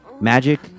magic